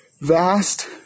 vast